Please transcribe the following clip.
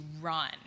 run